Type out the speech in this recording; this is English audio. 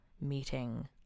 meeting